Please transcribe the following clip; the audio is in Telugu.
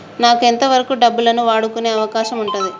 నాకు ఎంత వరకు డబ్బులను వాడుకునే అవకాశం ఉంటది?